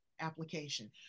application